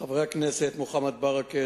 חברי הכנסת מוחמד ברכה,